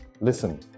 Listen